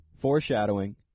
foreshadowing